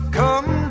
come